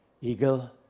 eagle